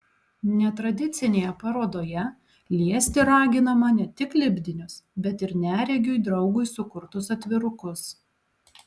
netradicinėje parodoje liesti raginama ne tik lipdinius bet ir neregiui draugui sukurtus atvirukus